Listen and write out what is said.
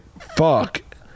fuck